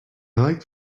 like